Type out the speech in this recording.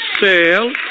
sale